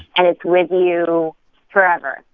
and it's with you forever,